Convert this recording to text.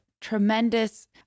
tremendous